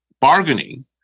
bargaining